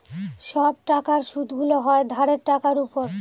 সব টাকার সুদগুলো হয় ধারের টাকার উপর